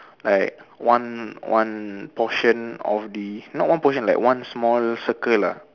like one one portion of the not one portion like one small circle lah